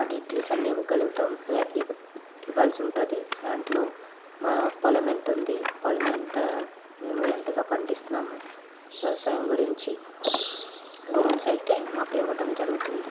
మా డీటెయిల్స్ అన్ని ఇవ్వగలుగుతాం ఇవ్వాల్సి ఉంటుంది దాంట్లో మా పొలం ఎంత ఉంది పొలం ఎంత మేము ఎంతగా పండిస్తున్నాము వ్యవసాయం గురించి లోన్స్ అయితే మాకు ఇవ్వటం జరుగుతుంది